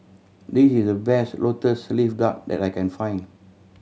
this is the best Lotus Leaf Duck that I can find